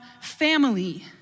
family